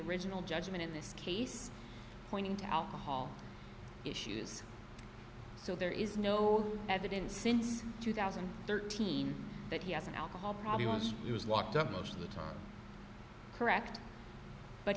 original judgment in this case pointing to alcohol issues so there is no evidence since two thousand and thirteen that he has an alcohol problem he was locked up most of the time correct but